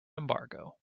embargo